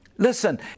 Listen